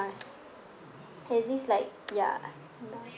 it has this like ya